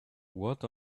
what